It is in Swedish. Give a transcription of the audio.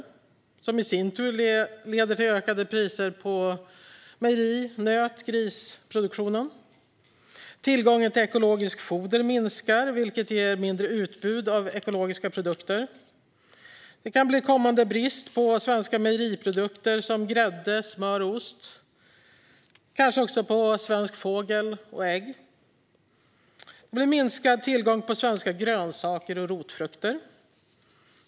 Det leder i sin tur till ökade priser på mejeri, nöt och grisproduktion. Tillgången till ekologiskt foder minskar, vilket ger mindre utbud av ekologiska produkter. Det kan bli kommande brist på svenska mejeriprodukter som grädde, smör och ost och kanske också på svensk fågel och ägg. Det blir minskad tillgång på svenska grönsaker och rotfrukter.